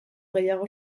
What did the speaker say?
gehiago